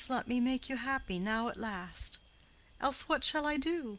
you must let me make you happy now at last else what shall i do?